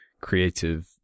creative